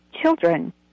children